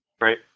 Right